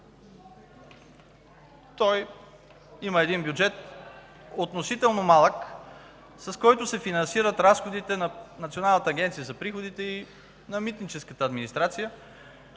Той има един относително малък бюджет, с който се финансират разходите на Националната агенция за приходите и на митническата администрация,